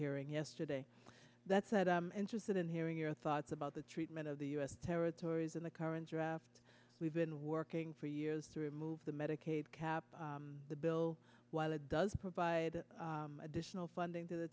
hearing yesterday that said i'm interested in hearing your thoughts about the treatment of the u s territories in the current draft we've been working for years to remove the medicaid cap the bill while it does provide additional funding to the